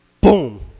boom